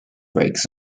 brakes